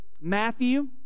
Matthew